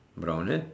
brown eh